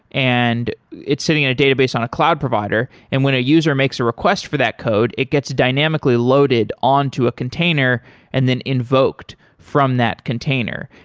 and it's sitting in a database on a cloud provider, and when a user makes a request for that code, it gets dynamically loaded on to a container and then invoked from that container,